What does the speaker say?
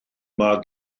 dyma